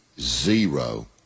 zero